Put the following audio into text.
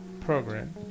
program